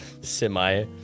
Semi